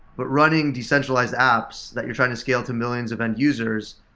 but running decentralized apps that you're trying to scale to millions of end users,